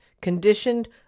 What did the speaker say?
conditioned